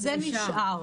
זה נשאר.